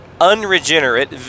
unregenerate